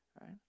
right